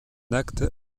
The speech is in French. acte